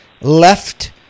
left